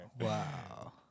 Wow